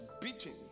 beating